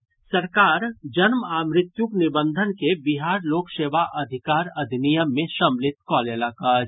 राज्य सरकार जन्म आ मृत्युक निबंधन के बिहार लोक सेवाक अधिकार अधिनियम मे सम्मिलित कऽ लेलक अछि